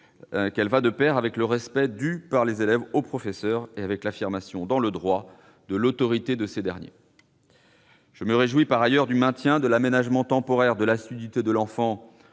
qu'elle allait de pair avec le respect dû par les élèves aux professeurs et avec l'affirmation, dans le droit, de l'autorité de ces derniers. Je me réjouis, par ailleurs, du maintien de l'aménagement temporaire de l'assiduité de l'enfant